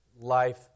life